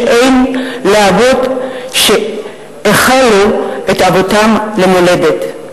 שאין להבות שכילו את אהבתם למולדת.